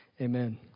Amen